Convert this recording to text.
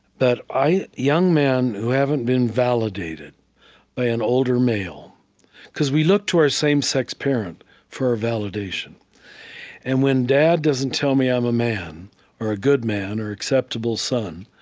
but young men who haven't been validated by an older male because we look to our same-sex parent for validation and when dad doesn't tell me i'm a man or a good man or acceptable son,